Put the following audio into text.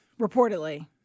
Reportedly